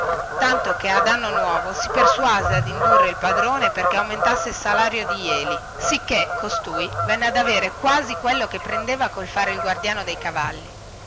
tanto che ad anno nuovo si persuase ad indurre il padrone perchè aumentasse il salario di jeli sicchè costui venne ad avere quasi quello che prendeva col fare il guardiano dei cavalli